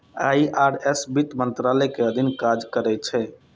IRS वित्त मंत्रालय के अधीन काज करै छै